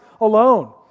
alone